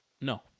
No